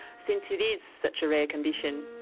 since it is such a rare condition,